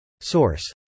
Source